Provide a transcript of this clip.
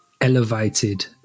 elevated